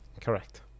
Correct